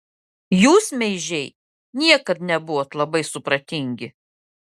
jūs meižiai niekad nebuvot labai supratingi